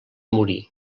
morir